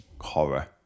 horror